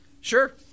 Sure